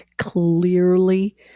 clearly